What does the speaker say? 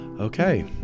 okay